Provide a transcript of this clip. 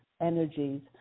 energies